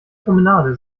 promenade